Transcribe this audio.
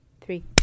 three